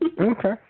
Okay